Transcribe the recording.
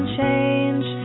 change